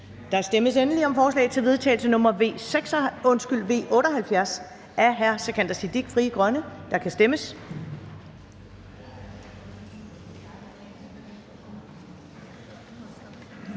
Der stemmes endelig om forslag til vedtagelse nr. V 78 af Sikandar Siddique (FG), og der kan stemmes.